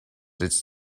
its